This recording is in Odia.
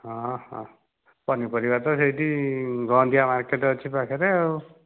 ହଁ ହଁ ପନିପରିବା ତ ସେହିଠି ଗହଁନ୍ଧିଆ ମାର୍କେଟ ଅଛି ପାଖରେ ଆଉ